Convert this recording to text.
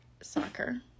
Soccer